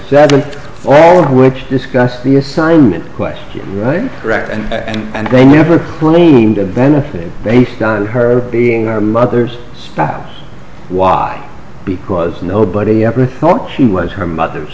that all of which discussed the assignment question right correct and they never cleaned a benefit based on her being our mothers spouse why because nobody ever thought she was her mother's